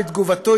בתגובתו,